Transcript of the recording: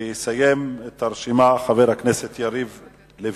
ויסיים את הרשימה חבר הכנסת יריב לוין.